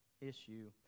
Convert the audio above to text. issue